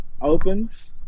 opens